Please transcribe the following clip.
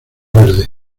verde